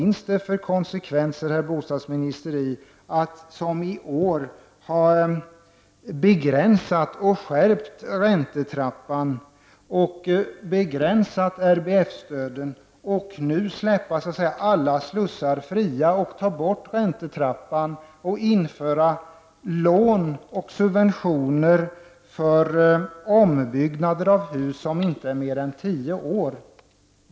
Vad är det för konsekvens, bostadsministern, i att som i år ha en begränsad och skärpt räntetrappa och begränsade RBF-stöd och nu släppa alla slussar fria, ta bort räntetrappan och införa lån och subventioner för ombyggnader av hus som inte är mer än tio år?